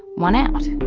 won out.